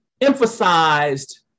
emphasized